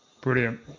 Brilliant